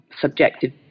subjective